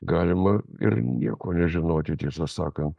galima ir nieko nežinoti tiesą sakant